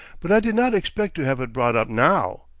but i did not expect to have it brought up now.